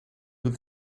with